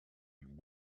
and